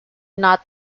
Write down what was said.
not